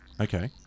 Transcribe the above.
Okay